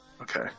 Okay